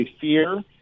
fear